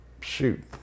shoot